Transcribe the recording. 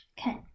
Okay